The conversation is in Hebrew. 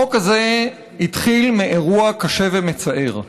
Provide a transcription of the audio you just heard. החוק הזה התחיל מאירוע קשה ומצער.